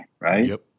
Right